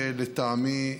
לטעמי,